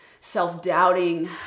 self-doubting